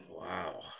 Wow